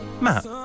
Matt